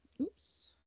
oops